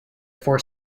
for